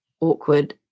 awkward